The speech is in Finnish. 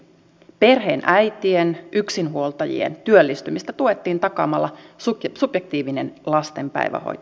perheenäitien yksinhuoltajien työllistymistä tuettiin takaamalla subjektiivinen lasten päivähoito